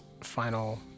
final